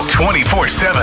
24-7